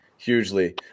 Hugely